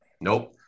nope